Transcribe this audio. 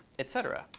et cetera,